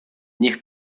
niech